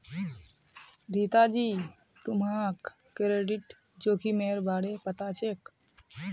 रीता जी, तुम्हाक क्रेडिट जोखिमेर बारे पता छे?